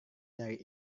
dari